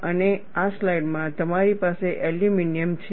અને આ સ્લાઇડમાં તમારી પાસે એલ્યુમિનિયમ છે